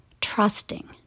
trusting